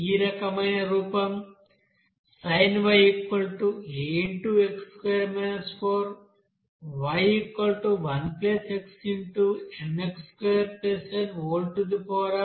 ఈ రకమైన రూపం sina